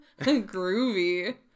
groovy